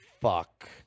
fuck